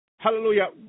Hallelujah